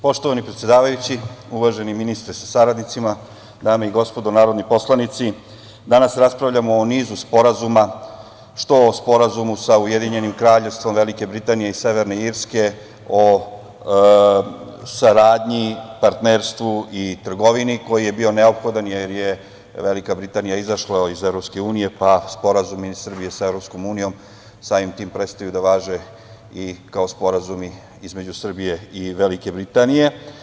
Poštovani predsedavajući, uvaženi ministre sa saradnicima, dame i gospodo narodni poslanici, danas raspravljamo o nizu sporazuma, što o Sporazumu za Ujedinjenim Kraljevstvom Velike Britanije i Severne Irske o saradnji, partnerstvu i trgovini, koji je bio neophodan jer je Velika Britanija izašla iz EU, pa i sporazumi Srbije sa EU samim tim prestaju da važe i kao sporazumi između Srbije i Velike Britanije.